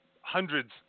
hundreds